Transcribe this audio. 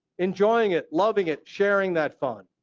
enjoying it, loving it, sharing that fun.